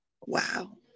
Wow